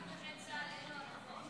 האם כנכה צה"ל אין לו הטבות?